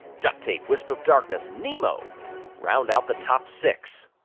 ducktape, wisp of darkness, nemo round out the top six.